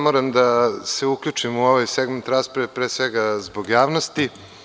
Moram da se uključim u ovaj segment rasprave, pre svega, zbog javnosti.